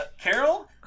Carol